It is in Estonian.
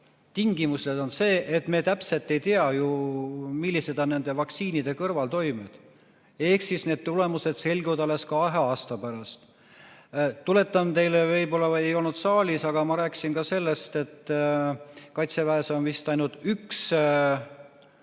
Tingimused on need, et me täpselt ei tea ju, millised on nende vaktsiinide kõrvaltoimed. Ehk siis need tulemused selguvad alles kahe aasta pärast. Tuletan teile meelde, võib-olla te ei olnud saalis, aga ma rääkisin ka sellest, et Kaitseväes on vist ainult üks